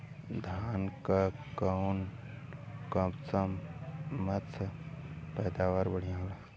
धान क कऊन कसमक पैदावार बढ़िया होले?